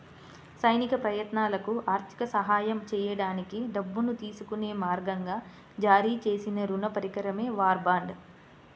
సైనిక ప్రయత్నాలకు ఆర్థిక సహాయం చేయడానికి డబ్బును తీసుకునే మార్గంగా జారీ చేసిన రుణ పరికరమే వార్ బాండ్